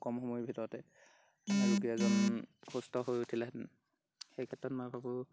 কম সময়ৰ ভিতৰতে ৰুগীয়াজন সুস্থ হৈ উঠিলেহেঁতেন সেইক্ষেত্ৰত মই ভাবোঁ